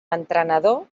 entrenador